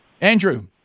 andrew